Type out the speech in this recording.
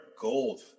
Gold